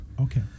okay